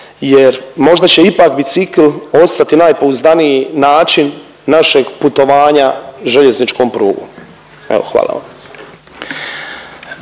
jer možda će ipak bicikl ostati najpouzdaniji način našeg putovanja željezničkom prugom. Evo hvala vam.